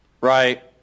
Right